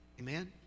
Amen